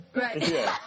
Right